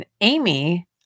Amy